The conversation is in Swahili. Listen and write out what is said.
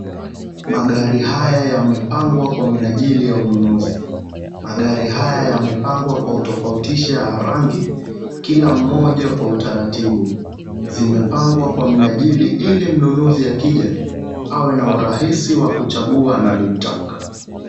Magari haya yamepangwa kwa minajili ya ununuzi, magari haya yamepangwa kutofautisha rangi kila mmoja kwa utaratibu, zimepangwa kwa minajili ili mnunuzi akija awe na urahisi wa kuchagua analolitaka.